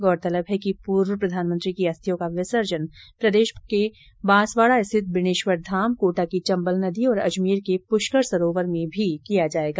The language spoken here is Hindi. गौरतलब है कि पूर्व प्रधानमंत्री की अस्थियों का विसर्जन प्रदेश के बांसवाडा स्थित बेणेश्वर धाम कोटा की चम्बल नदी और अजमेर के पुष्कर सरोवर में भी किया जायेगा